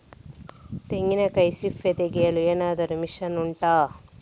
ತೆಂಗಿನಕಾಯಿ ಸಿಪ್ಪೆ ತೆಗೆಯಲು ಏನಾದ್ರೂ ಮಷೀನ್ ಉಂಟಾ